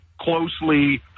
closely